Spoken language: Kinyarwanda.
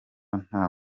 nta